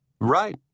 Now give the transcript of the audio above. Right